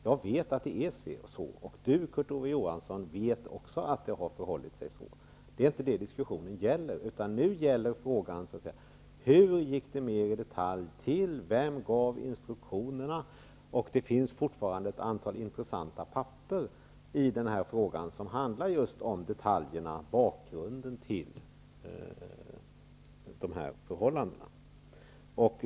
Jag vet att det är så, och också Kurt Ove Johansson vet att det är så. Men det är inte det som diskussionen gäller. Vad det nu gäller är frågan: Hur gick det mera i detalj till, och vem gav instruktionerna? Det finns fortfarande ett antal intressanta papper i det här sammanhanget som handlar just om detaljerna, om bakgrunden, beträffande de här förhållandena.